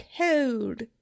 Cold